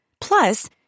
Plus